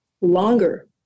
longer